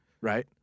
right